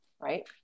Right